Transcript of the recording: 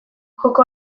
joko